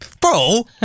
Bro